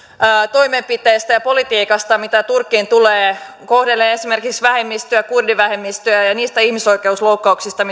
toimenpiteistä ja politiikasta mitä turkkiin tulee siitä miten se kohtelee esimerkiksi vähemmistöä kurdivähemmistöä ja niistä ihmisoikeusloukkauksista